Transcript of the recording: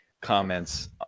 comments